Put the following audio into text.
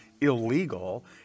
illegal